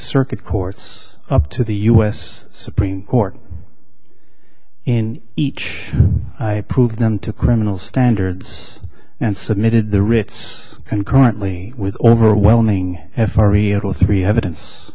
circuit courts up to the u s supreme court in each i proved them to criminal standards and submitted the ritz and currently with overwhelming f r e e at all three evidence